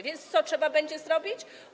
Więc co trzeba będzie zrobić?